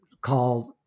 called